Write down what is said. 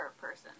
person